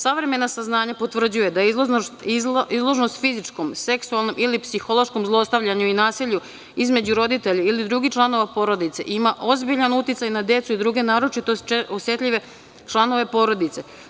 Savremena saznanja potvrđuju da izloženost fizičkom, seksualnom ili psihološkom zlostavljanju i nasilju između roditelja ili drugih članova porodice ima ozbiljan uticaj na decu i druge naročito osetljive članove porodice.